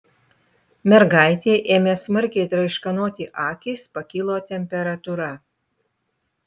mergaitei ėmė smarkiai traiškanoti akys pakilo temperatūra